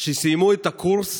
שסיימו את הקורס